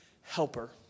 Helper